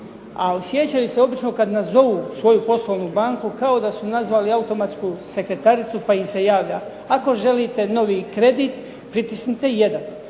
A osjećaju se obično kada nazovu svoju poslovnu banku kao da su nazvali automatsku sekretaricu pa im se javlja: „Ako želite novi kredit, pritisnite 1.